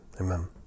amen